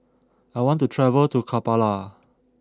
I want to travel to Kampala